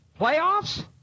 playoffs